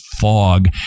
fog